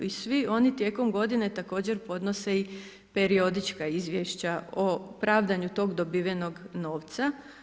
I svi oni tijekom godine također podnose i periodička izvješća o pravdanju tog dobivenog novca.